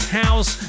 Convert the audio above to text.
house